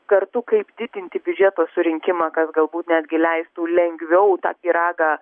kartu kaip didinti biudžeto surinkimą kas galbūt netgi leistų lengviau tą pyragą